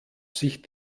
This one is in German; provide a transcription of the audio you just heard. sich